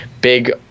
big